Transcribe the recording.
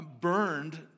burned